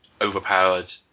overpowered